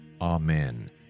Amen